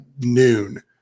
noon